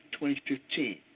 2015